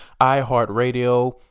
iHeartRadio